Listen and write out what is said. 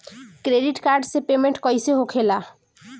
Credit card से payment कईसे होखेला?